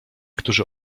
którzy